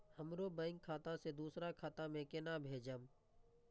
हमरो बैंक खाता से दुसरा खाता में केना भेजम?